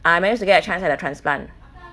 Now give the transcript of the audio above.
I managed to get a chance at the transplant